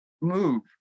move